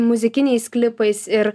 muzikiniais klipais ir